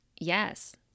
Yes